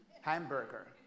hamburger